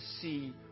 see